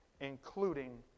including